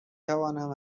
توانم